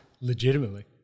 Legitimately